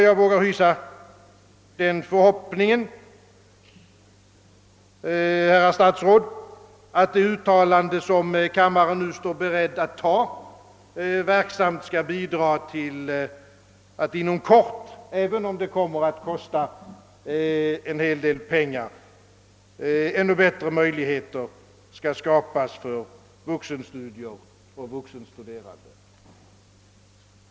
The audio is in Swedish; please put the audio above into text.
Jag vågar hysa den förhoppningen, herrar statsråd, att det uttalande, som kammaren nu står beredd att anta, verksamt skall bidra till att inom kort, även om det kommer att kosta en hel del pengar, skapa ännu bättre möjligheter för vuxenstudier och vuxenstuderande.